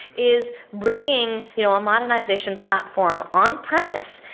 is bringing you know a modernization platform on-premise,